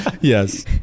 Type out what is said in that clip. yes